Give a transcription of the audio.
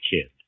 kid